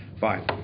Fine